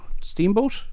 Steamboat